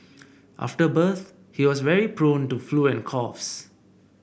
after birth he was very prone to flu and coughs